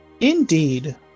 Indeed